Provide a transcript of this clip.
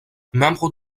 membre